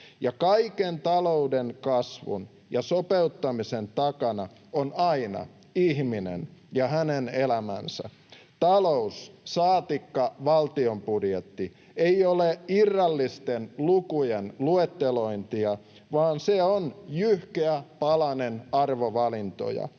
Ja kaiken talouden kasvun ja sopeuttamisen takana on aina ihminen ja hänen elämänsä. Talous, saatikka valtion budjetti, ei ole irrallisten lukujen luettelointia, vaan se on jyhkeä palanen arvovalintoja.